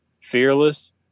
fearless